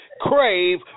Crave